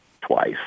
twice